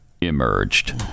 emerged